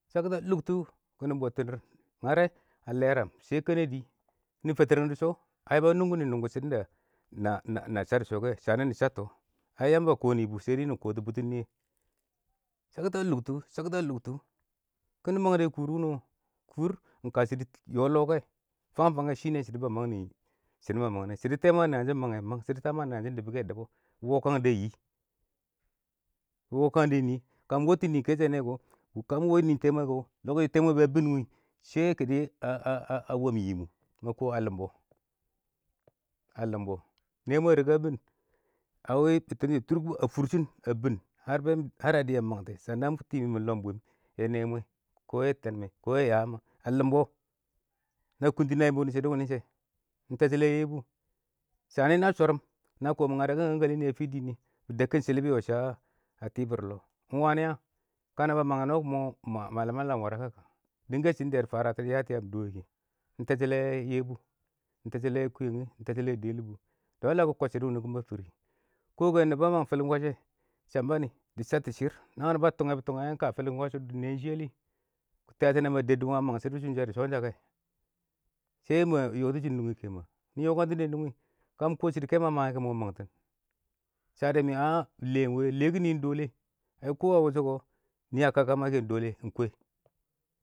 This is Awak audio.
﻿shakta lʊktʊ kɪ nɪ bɔbtɪn dɪrr, ngarɛ, a lɛram shɛ kɛnɛdɪ, kɪnɪ fɪtɪrang dɪ shɔ aɪ ba nungi nungɔ shɪdɔn da na shab dɪ shɔ kɛ, sha nɪ nɪ shabtɔ. Ai Yamba a kɔ nɪ bʊ shɛ dɛ nɪ kɔ tɔ bʊtʊn nɪyɛ, shakta lʊktʊ,,shakta lʊktʊ, kɪnɪ mangdɛ kʊʊr wʊnɪ wɔ, kʊʊr ɪng ka shɪdɔ yɔ lɔ kɛ, fang fangɛ shɪ nɛ shɪdɔ ba mang dɛ, shɪdɔ tɛmwɛ a naan shɪ dɔ bɔ kɛ, dɔ bɔ, shɪdɔ a naan shɪn mangɛ, mang. wɔkkɪkan dɛ nɪɪ, ka bɪ wɔkkɪkangtʊ kɔ, kaa mɪ wɔb niin tɛmwɛ kɔ, tɛmwɛɛ a bɪn nɪb, shɛ kɪdɪ a ⱳɔb nɪ mʊ. ma kɔ a da bɔ, a lɪmbɔ, nɛmwɛ a rɪka a bɪn,a wɪ bɛttɛrɛ tʊʊr kʊb a fʊrshɪn,ba bɪn, ngar dɪya ɪng tɪm mangtɪn, shana mɪ tɪ mɪ lɔm bwɪɪm yɛ tɛmwɛ, Yɛ tɛnmɛ, kɔ yɛ yayɪ ma, lɪmbɔ. na kuNtɪn na yɪmbɔ wʊnɪ shashɪm bɪnɪ. ɪng tɛshɔ lɛ Yebu, shanɪ na shɔrʊm na kɔmɪn ngadakɪn dʊr nɪye fɪ dɪɪn,nɪ dəbkin shɪlɪ nɪ yɔ shɪ tɪbɪr lɔ, ɪng wa nɪ a? ka na ba mang nɔ kɔ, ɪng mɔ lamɪnɛ lam ka kɔrfɪ wʊnɪ a dɪng ka shɪdɔn da ɪng tɛshɔ lɛ Yebu, ɪng tɛshɔ lɛ kʊyɛngɪ, ɪng tɛshɔ lɛ dɪyɛlbʊ dɔ a la nɪ Kɔb shɪdɔ wʊnɪ nɪ mab fɪrɪ kɔ ka nɪbɔ a mang fɪlɪn wash shɛ, shamba nɪ dɪ shattɔ shɪrr, naan wɪ nɪ ba tʊngɛ bʊ tʊngɛ, ɪng ka fɪlɪnwash dɪ nɛ ɪng shɪ a lɪ?kashɪ na ma dədʊ wangɪn ɪng mangɪn shɪdɔ shɔ shɛ ma yɔtɪshɪ nungi kɛnan, nɪ yɔkantɪn dɛ nungi, kamɪ shɪdɔ kɛmwɛ a mangɛ, mɔ kɪdɪ, mang, shadɛ mɪ aa mɪ lɛɛm ɪng wɛ lɪ, lɛkɪn nɪ ɪng dɔlɛ. Ai kɔ a wʊshɔ kɔ, nɪ a kaka ma kɛ ɪng dɔ lɛ ɪng kwɛ.